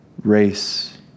race